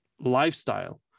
lifestyle